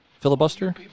filibuster